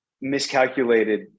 miscalculated